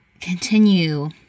continue